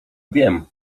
wiem